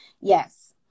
yes